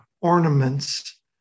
ornaments